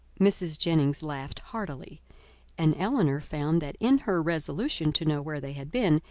mrs. jennings laughed heartily and elinor found that in her resolution to know where they had been,